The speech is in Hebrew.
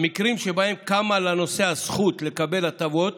המקרים שבהם קמה לנוסע זכות לקבל הטבות